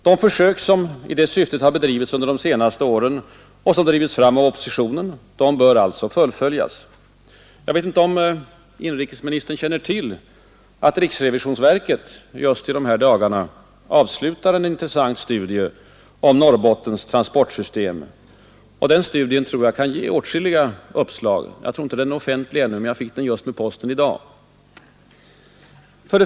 De försök som i det syftet har bedrivits under de senaste åren och som drivits fram av oppositionen bör alltså fullföljas. Jag vet inte om inrikesministern känner till att riksrevisionsverket just i dagarna avslutar en intressant studie om Norrbottens transportsystem. Den studien tror jag kan ge åtskilliga uppslag. Jag tror inte den är offentlig ännu; jag fick den just med posten i dag.